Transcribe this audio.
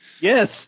yes